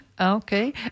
okay